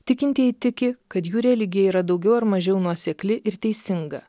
tikintieji tiki kad jų religija yra daugiau ar mažiau nuosekli ir teisinga